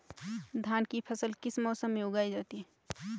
धान की फसल किस मौसम में उगाई जाती है?